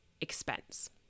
expense